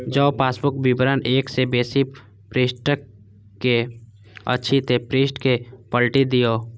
जौं पासबुक विवरण एक सं बेसी पृष्ठक अछि, ते पृष्ठ कें पलटि दियौ